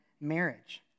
marriage